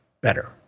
better